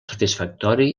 satisfactori